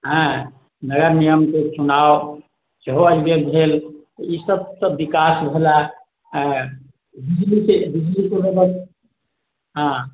एहि नगर निगमके चुनाओ सेहो एहि बेर भेल ई सभसँ विकास भेलऽ हँ